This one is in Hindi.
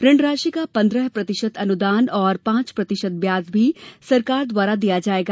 ऋण राशि का पंद्रह प्रतिशत अनुदान और पांच प्रतिशत ब्याज भी सरकार द्वारा दिया जाएगा